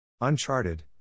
Uncharted